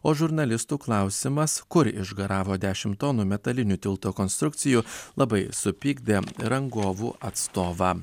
o žurnalistų klausimas kur išgaravo dešimt tonų metalinių tilto konstrukcijų labai supykdė rangovų atstovą